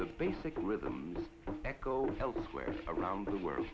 the basic rhythm echo elsewhere around the world